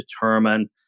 determine